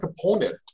component